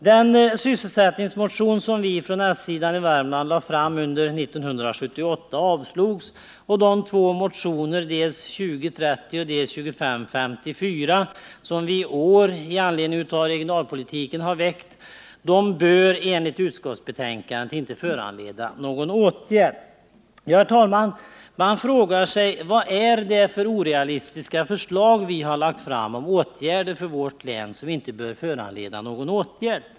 Den sysselsättningsmotion som vi från s-sidan i Värmland lade fram under 1978 avslogs, och de två motioner angående regionalpolitiken, nr 2030 och 2554, som vi har väckt i år, bör enligt utskottsbetänkandet inte föranleda någon åtgärd. Herr talman! Man frågar sig vad det är för orealistiska förslag vi har lagt fram när det gäller vårt län som inte bör föranleda någon åtgärd.